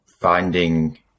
finding